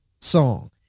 song